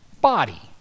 body